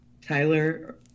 Tyler